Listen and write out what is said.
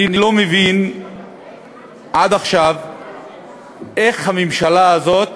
אני לא מבין עד עכשיו איך הממשלה הזאת,